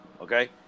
okay